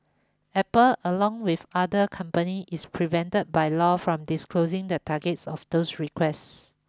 Apple along with other company is prevented by law from disclosing the targets of those requests